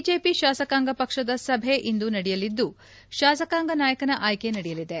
BJP ಶಾಸಕಾಂಗ ಪಕ್ಷದ ಸಭೆ ಇಂದು ನಡೆಯಲಿದ್ದು ಶಾಸಕಾಂಗ ನಾಯಕನ ಆಯ್ಲೆ ನಡೆಯಲಿದೆ